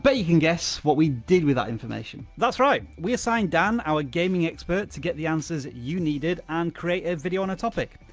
but you can guess what we did with that information. that's right, we assigned dan, our gaming expert, to get the answers that you needed, and create a video on a topic.